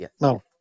No